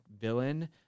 villain